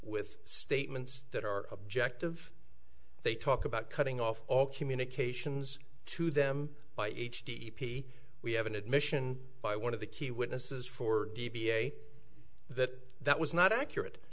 with statements that are objective they talk about cutting off all communications to them by h d p we have an admission by one of the key witnesses for d b a that that was not accurate